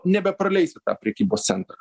nebepraleis į tą prekybos centrą